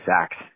sacks